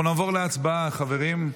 אנחנו נעבור להצבעה, חברים.